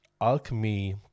alchemy